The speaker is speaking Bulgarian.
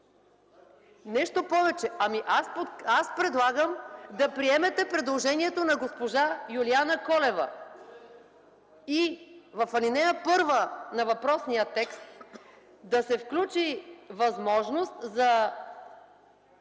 МАЯ МАНОЛОВА: Аз предлагам да приемете предложението на госпожа Юлиана Колева и в ал. 1 на въпросния текст да се включи възможност за